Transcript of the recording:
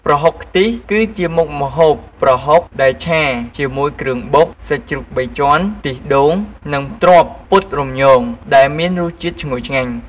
ប្រហុកខ្ទិះ គឺជាមុខម្ហូបប្រហុកដែលឆាជាមួយគ្រឿងបុក សាច់ជ្រូកបីជាន់ ខ្ទិះដូង និងត្រប់ពុតលំញង ដែលមានរសជាតិឈ្ងុយឆ្ងាញ់។